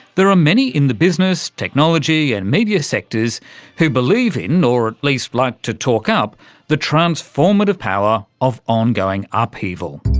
there are many in the business, technology and media sectors who believe in, or at least like to talk up the transformative power of ongoing upheaval.